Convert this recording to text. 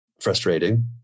frustrating